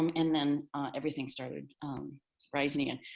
um and then everything started um rising again.